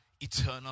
eternal